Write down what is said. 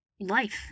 life